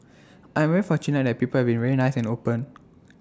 I'm very fortunate that people very nice and open